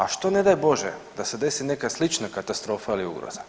A što ne daj Bože da se desi neka slična katastrofa ili ugroza?